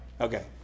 Okay